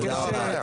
תודה רבה.